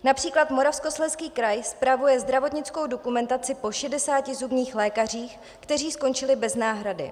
Například Moravskoslezský kraj spravuje zdravotnickou dokumentaci po 60 zubních lékařích, kteří skončili bez náhrady.